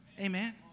Amen